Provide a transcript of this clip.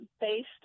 Based